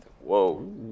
Whoa